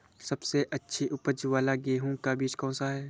सबसे अच्छी उपज वाला गेहूँ का बीज कौन सा है?